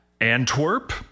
Antwerp